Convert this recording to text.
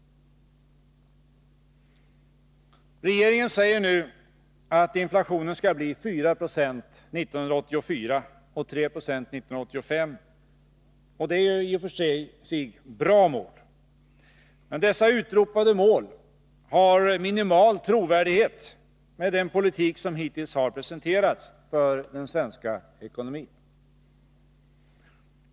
Regeringen säger nu att inflationen skall bli 4 76 1984 och 3 76 1985. Det är i och för sig bra mål. Men dessa uppställda mål har minimal trovärdighet, om man ser den politik som hittills har presenterats för den svenska ekonomin.